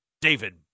David